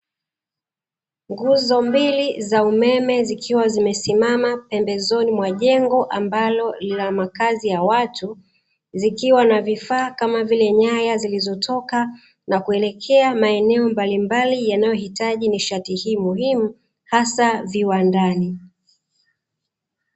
Nguzo mbili za umeme zikiwa zimesimama pembezoni mwa jengo ambalo ni la makazi ya watu. Zikiwa na vifaa kama vile nyaya zilizotoka na kuelekea maeneo mbalimbali yanayohitaji nishati hii muhimu, hasa viwandani.